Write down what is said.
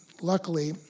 luckily